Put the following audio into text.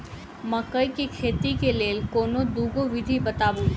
मकई केँ खेती केँ लेल कोनो दुगो विधि बताऊ?